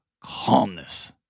calmness